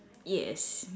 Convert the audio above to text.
yes